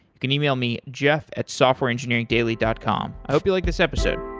you can email me, jeff at softwareengineeringdaily dot com. i hope you like this episode.